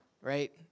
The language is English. right